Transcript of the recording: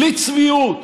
בלי צביעות.